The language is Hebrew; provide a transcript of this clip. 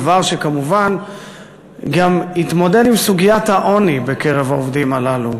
דבר שכמובן יתמודד עם סוגיית העוני בקרב העובדים הללו,